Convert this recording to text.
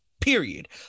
period